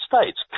States